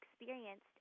experienced